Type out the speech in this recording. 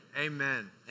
Amen